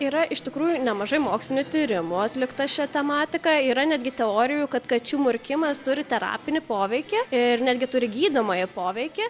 yra iš tikrųjų nemažai mokslinių tyrimų atlikta šia tematika yra netgi teorijų kad kačių murkimas turi terapinį poveikį ir netgi turi gydomąjį poveikį